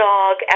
Dog